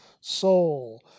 soul